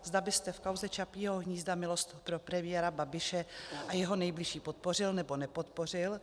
Zda byste v kauze Čapího hnízda milost pro premiéra Babiše a jeho nejbližší podpořil, nebo nepodpořil.